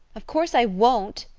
of course i won't,